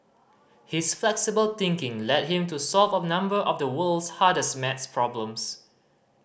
his flexible thinking led him to solve a number of the world's hardest Maths problems